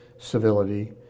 civility